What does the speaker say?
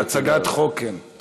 בהצגת חוק כן.